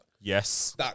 Yes